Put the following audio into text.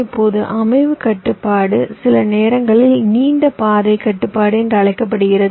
இப்போது அமைவு கட்டுப்பாடு சில நேரங்களில் நீண்ட பாதை கட்டுப்பாடு என்று அழைக்கப்படுகிறது